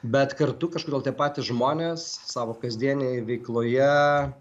bet kartu kažkodėl patys žmonės savo kasdienėje veikloje